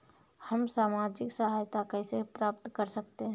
हम सामाजिक सहायता कैसे प्राप्त कर सकते हैं?